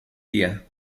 día